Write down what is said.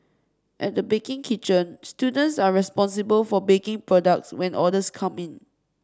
at the baking kitchen students are responsible for baking products when orders come in